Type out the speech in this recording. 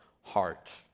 heart